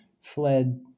fled